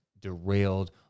derailed